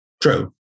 True